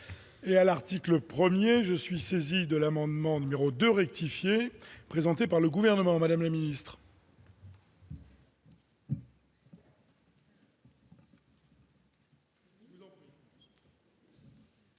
et à l'article 1er je suis saisi de l'amendement numéro de rectifier, présenté par le gouvernement, Madame la Ministre.